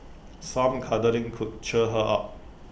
some cuddling could cheer her up